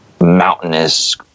mountainous